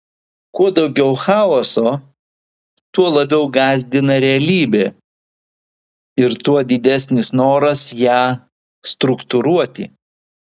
kuo daugiau chaoso tuo labiau gąsdina realybė ir tuo didesnis noras ją struktūruoti